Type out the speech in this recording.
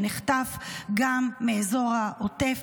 שנחטף גם מאזור העוטף,